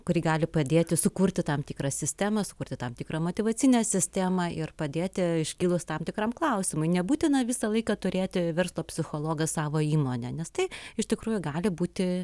kuri gali padėti sukurti tam tikrą sistemą sukurti tam tikrą motyvacinę sistemą ir padėti iškilus tam tikram klausimui nebūtina visą laiką turėti verslo psichologas savo įmonę nes tai iš tikrųjų gali būti